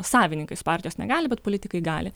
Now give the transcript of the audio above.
savininkais partijos negali bet politikai gali